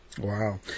Wow